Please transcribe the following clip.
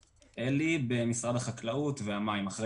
אלי מורגנשטרן אחראי על משרד החקלאות והמים.